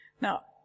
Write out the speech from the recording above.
Now